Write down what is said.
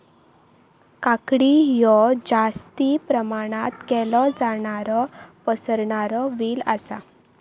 काकडी हयो जास्ती प्रमाणात केलो जाणारो पसरणारो वेल आसा